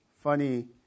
funny